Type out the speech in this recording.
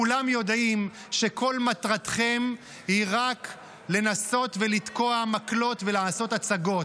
כולם יודעים שכל מטרתכם היא רק לנסות ולתקוע מקלות ולעשות הצגות.